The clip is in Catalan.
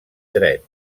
dret